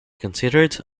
considered